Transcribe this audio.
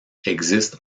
existe